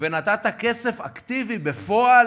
ונתת כסף אקטיבי, בפועל,